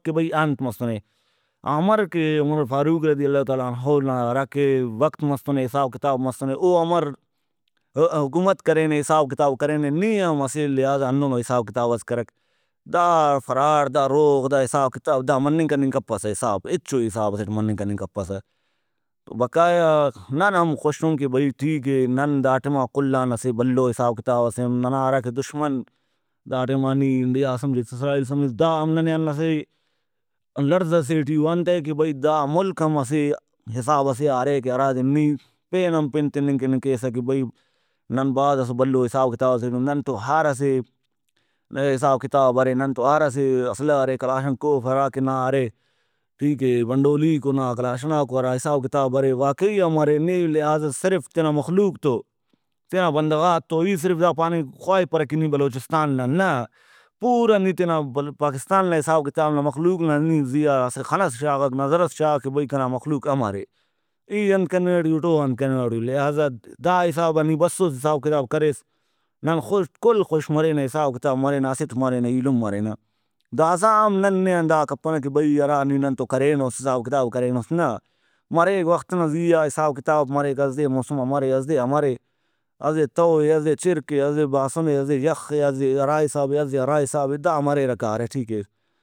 کہ بھئی انت مسنے امر کہ عمر فاروق رضی اللہ تعالیٰ عنہ نا ہراکہ وقت مسنے حساب کتاب مسنے او امر حکومت کرینے حساب کتاب کرینےنی ہم اسہ لہٰذا ہندنو حساب کتابس کرک دا فراڈ دا روغ دا حساب کتاب دا مننگ کننگ کپسہ حساب ہچو حسابسیٹ مننگ کننگ کپسہ بقایا نن ہم خوشُن کہ بھئی ٹھیک اے نن دا ٹائما کل آن اسہ بھلو حساب کتابسے اُن ننا ہراکہ دُشمن دا ٹائمانی انڈیا سمجھس اسرائیل سمجھس دا ہم ننے آن اسہ لڑزہ سے ٹی او انتئے کہ بھئی دا ملک ہم اسہ حسابسے آ ارے کہ ہرادے نی پین ہم پن تننگ کننگ کیسہ کہ بھئی نن بھاز اسو بھلو حساب کتابسے ٹی اُن ننتو ہر اسہ حساب کتاب ارے ننتو ہر اسہ اسلحہ ارے کلاشنکوف ہراکہ نا ارے ٹھیکے ون ڈولیکو نا کلاشناکو ہرا حساب کتاب ارے واقعی ہم ارے نی لہٰذا صرف تینا مخلوق تو تینا بندغاتو ای صرف دا پاننگ خواہپرہ کہ نی بلوچستان نا نہ پورا نی تینا پاکستان نا حساب کتاب نا مخلوق نا نی زیہا اسہ خنس شاغک نظرس شاغک کہ بھئی کنا مخلوق امرے ای انت کننگ ٹی اُٹ او انت کننگ ٹی او۔ لہٰذا دا حسابا نی بسُس حساب کتاب کریس نن کل خوش مرینہ حساب کتاب مرینہ اسٹ مرینہ ایلم مرینہ۔ داسہ ہم نے آن دا کپنہ کہ بھئی ہرا نی ننتو کرینس حساب کتاب کرینس نہ مریک وخت ئنا زیہا حساب کتاب مریک اسہ دے موسم امرے اسہ دے امرے اسہ دے تہو اے اسہ دے چرک اے اسہ دے باسُنے اسہ دے یخے اسہ دے ہرا حسابے اسہ دے ہرا حسابے دا مریرہ کارہ ٹھیکے